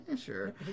sure